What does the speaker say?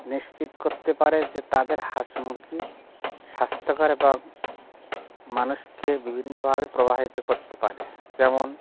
নিশ্চিত করতে পারে যে তাদের হাঁস মুরগি স্বাস্থ্যকর এবং মানুষকে বিভিন্নভাবে প্রভাবিত করতে পারে যেমন